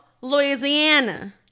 Louisiana